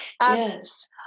yes